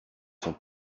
sont